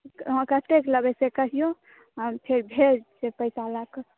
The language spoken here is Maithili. अहाँ कतेक लेबै से कहियौ अच्छा भेज देब पैसा लय कऽ